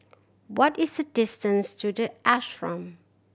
what is the distance to The Ashram